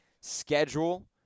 schedule